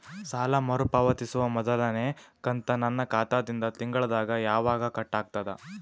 ಸಾಲಾ ಮರು ಪಾವತಿಸುವ ಮೊದಲನೇ ಕಂತ ನನ್ನ ಖಾತಾ ದಿಂದ ತಿಂಗಳದಾಗ ಯವಾಗ ಕಟ್ ಆಗತದ?